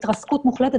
זה התרסקות מוחלטת,